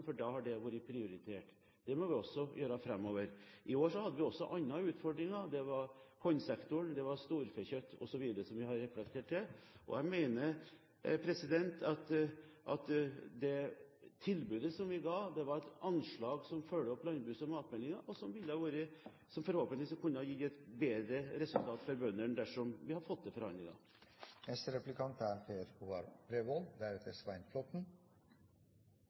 for da har det vært prioritert. Det må vi også gjøre framover. I år hadde vi også andre utfordringer. Det var kornsektoren, det var storfekjøtt osv., som vi har reflektert til. Jeg mener at det tilbudet som vi ga, var et anslag som fulgte opp landbruks- og matmeldingen, og som forhåpentligvis kunne gitt et bedre resultat for bøndene dersom vi hadde fått til